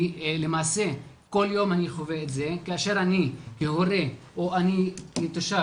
כי למעשה כל יום אני חווה את זה כאשר אני כהורה או אני כתושב